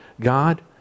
God